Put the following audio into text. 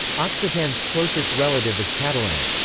occitan's closest relative is catalan.